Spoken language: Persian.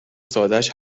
سادش